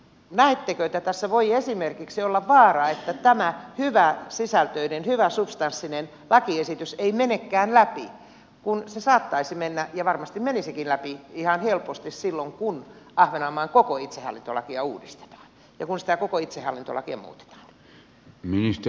näettekö että tässä voi esimerkiksi olla vaara että tämä hyväsisältöinen hyväsubstanssinen lakiesitys ei menekään läpi kun se saattaisi mennä ja varmasti menisikin läpi ihan helposti silloin kun ahvenanmaan koko itsehallintolakia uudistetaan ja kun sitä koko itsehallintolakia muutetaan